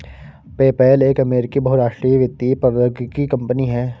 PayPal एक अमेरिकी बहुराष्ट्रीय वित्तीय प्रौद्योगिकी कंपनी है